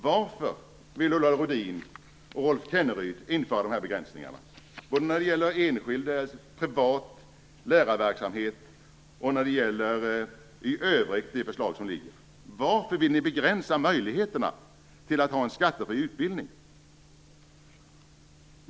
Varför vill Ulla Rudin och Rolf Kenneryd införa dessa begränsningar när det gäller enskild privat lärarverksamhet och i övrigt enligt det förslag som ligger? Varför vill ni begränsa möjligheterna till att ha en skattefri utbildning?